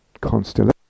constellation